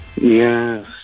Yes